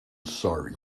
sorry